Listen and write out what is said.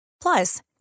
Plus